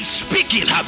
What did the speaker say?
speaking